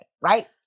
Right